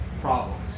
problems